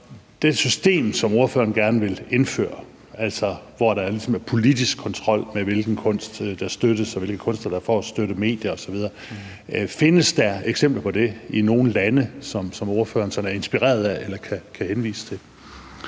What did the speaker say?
det system, som ordføreren gerne vil indføre, altså hvor der ligesom er politisk kontrol med, hvilken kunst der støttes, og hvilke kunstnere der får støtte, hvilke medier osv. Findes der eksempler på det i nogle lande, som ordføreren sådan er inspireret af eller kan henvise til?